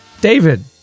David